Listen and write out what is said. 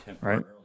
right